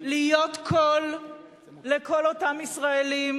להיות קול לכל אותם ישראלים